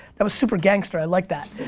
that was super gangster, i like that.